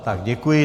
Tak, děkuji.